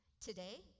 Today